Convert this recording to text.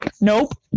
Nope